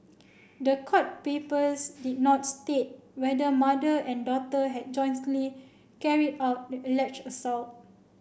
the court papers did not state whether mother and daughter had jointly carried out the alleged assault